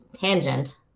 tangent